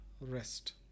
rest